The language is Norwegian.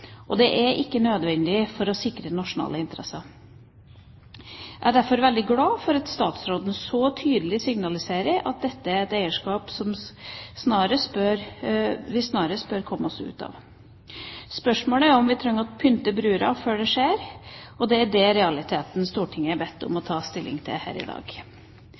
og ikke er det nødvendig for å sikre nasjonale interesser. Jeg er derfor glad for at statsråden så tydelig signaliserer at dette er et eierskap som vi snarest bør komme oss ut av. Spørsmålet er om vi trenger å «pynte brura» før det skjer, for det er i realiteten det Stortinget er bedt om å ta stilling til her i dag.